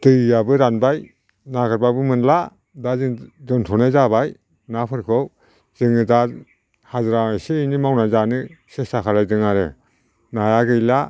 दैआबो रानबाय नागिरबाबो मोनला दा जों दोनथ'नाय जाबाय नाफोरखौ जोङो दा हाग्रा एसे एनै मावना जानो सेस्था खालायदों आरो नाया गैला